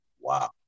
Wow